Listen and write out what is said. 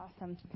Awesome